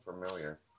familiar